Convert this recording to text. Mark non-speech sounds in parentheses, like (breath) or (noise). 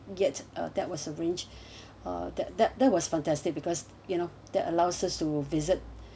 get uh that was arrange (breath) uh that that that was fantastic because you know that allows us to visit